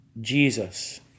Jesus